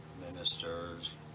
ministers